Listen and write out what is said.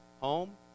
home